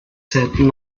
said